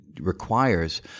requires